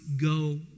go